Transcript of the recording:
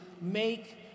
make